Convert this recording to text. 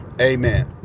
Amen